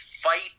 fight